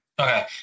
Okay